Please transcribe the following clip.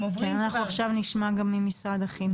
אנחנו נשמע גם ממשרד החינוך.